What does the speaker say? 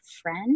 friend